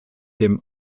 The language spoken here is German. dem